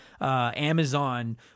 Amazon